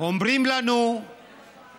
אומרים לנו שרים: